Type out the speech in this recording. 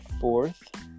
fourth